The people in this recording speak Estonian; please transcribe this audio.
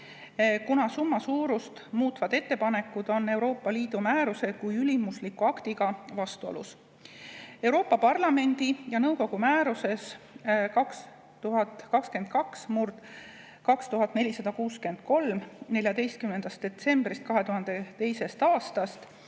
kuna summa suurust muutvad ettepanekud on Euroopa Liidu määruse kui ülimusliku aktiga vastuolus. Euroopa Parlamendi ja nõukogu määruses 2022/2463 14. detsembrist 2022. aastast,